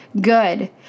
good